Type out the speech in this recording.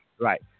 right